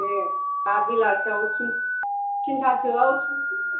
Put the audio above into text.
दे दा बेलासियाव थिनहर थिनथासोआव थिनहरगोन